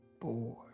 bored